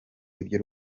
ibyo